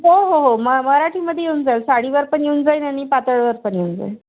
हो हो हो म मराठीमध्ये येऊन जाईल साडीवर पण येऊन जाईन आणि पातळावर पण येऊन जाईल